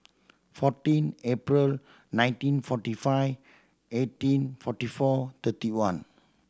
fourteen April nineteen forty five eighteen forty four thirty one